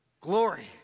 Glory